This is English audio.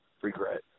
regret